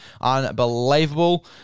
unbelievable